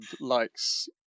likes